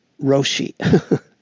Roshi